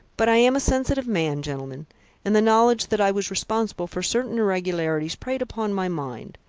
but i am a sensitive man, gentlemen and the knowledge that i was responsible for certain irregularities preyed upon my mind.